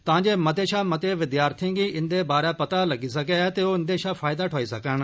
तांजे मते शा मते विद्यार्थियें गी इन्दे बारै पता लग्गै ते ओ इन्दे शा फैयदा ठोआई सकन